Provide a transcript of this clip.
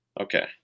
Okay